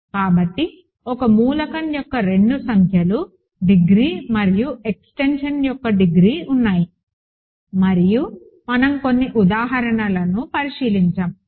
కాబట్టి ఒక మూలకం యొక్క రెండు సంఖ్యలు డిగ్రీ మరియు ఎక్స్టెన్షన్ యొక్క డిగ్రీ ఉన్నాయి మరియు మనం కొన్ని ఉదాహరణలను పరిశీలించాము